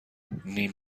نیم